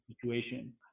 situation